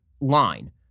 line